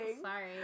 sorry